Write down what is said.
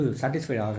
satisfied